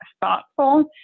thoughtful